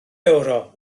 ewro